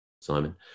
Simon